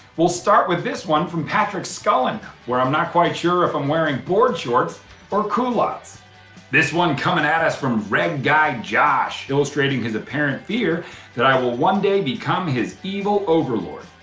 we'll start with this one from patrick skullen where i'm not quite sure if i'm wearing board shorts or culottes. this one coming at us from red guy josh, illustrating his apparent fear that i will one day become his evil overlord.